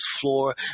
floor